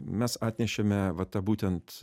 mes atnešėme va tą būtent